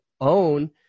own